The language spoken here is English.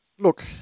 Look